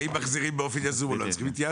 האם מחזירים באופן יזום או לא.